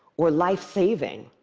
or life-saving,